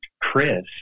Chris